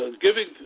Giving